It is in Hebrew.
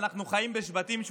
ואנחנו חיים בשבטים-שבטים,